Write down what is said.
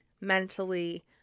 mentally